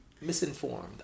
Misinformed